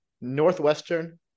Northwestern